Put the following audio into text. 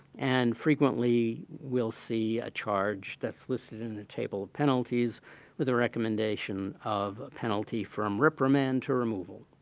and frequently, we'll see a charge that's listed in the table of penalties with the recommendation of a penalty from reprimand to removal.